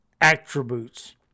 attributes